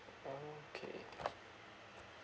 okay